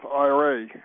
IRA